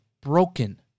broken